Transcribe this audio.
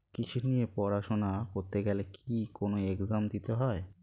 কৃষি নিয়ে পড়াশোনা করতে গেলে কি কোন এগজাম দিতে হয়?